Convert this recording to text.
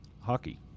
hockey